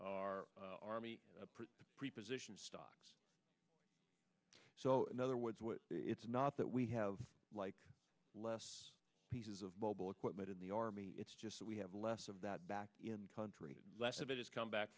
our army prepositioned stocks so in other words it's not that we have like less pieces of mobile equipment in the army it's just that we have less of that back in the country less of it has come back